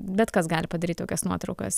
bet kas gali padaryt tokias nuotraukas